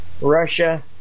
Russia